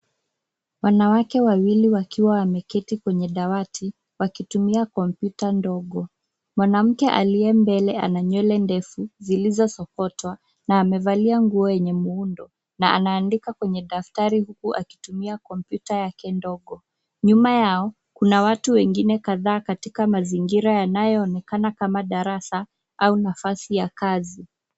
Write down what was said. Wanawake wawili wakiwa wameketi kwenye dawati wakitumia kompyuta ndogo. Mwanamke aliye mbele ana nywele ndefu zilizosokotwa na amevalia nguo yenye muundo na anaandika kwenye daftari huku akitumia kompyuta yake ndogo. Nyuma yao kuna watu wengine kadhaa katika mazingira yanayoonekana kama darasa au nafasi ya kazi.